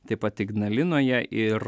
taip pat ignalinoje ir